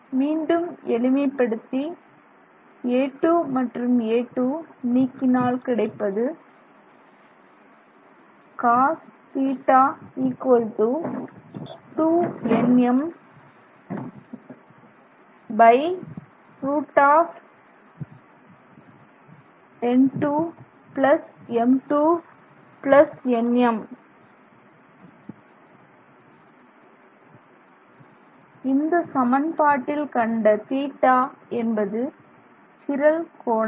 மீண்டும் எளிமைப்படுத்தி a2 மற்றும் a2 நீக்கினால் கிடைப்பது இந்த சமன்பாட்டில் கண்ட θ என்பது சிரல் கோணம்